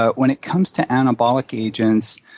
ah when it comes to anabolic agents,